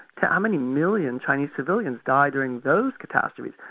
so how many million chinese civilians died during those catastrophes.